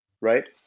right